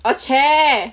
a chair